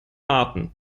arten